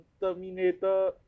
Terminator